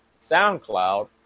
SoundCloud